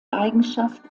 eigenschaft